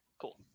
cool